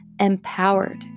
Empowered